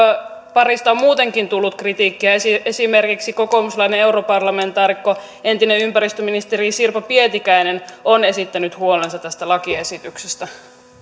parista on muutenkin tullut kritiikkiä esimerkiksi kokoomuslainen europarlamentaarikko entinen ympäristöministeri sirpa pietikäinen on esittänyt huolensa tästä lakiesityksestä